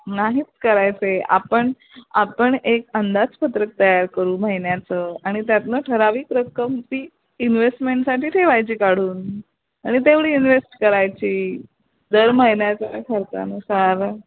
नाहीच करायचं आपण आपण एक अंदाजपत्रक तयार करू महिन्याचं आणि त्यातनं ठराविक रक्कम ती इनवेस्टमेन्टसाठी ठेवायची काढून आणि तेवढी इनवेस्ट करायची दर महिन्याचा खर्चानुसार